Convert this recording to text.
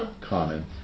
common